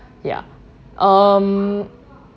yeah um